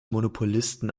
monopolisten